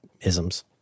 isms